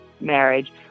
marriage